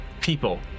people